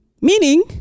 meaning